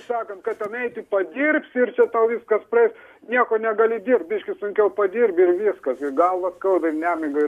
sakant kad ten eti padirbsi ir čia tau viskas praeis nieko negali dirbti biški sunkiau padirbi ir viskas ir galvą skauda ir nemiga ir